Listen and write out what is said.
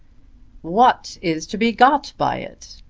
what is to be got by it?